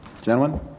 Gentlemen